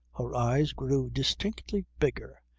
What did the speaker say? her eyes grew distinctly bigger.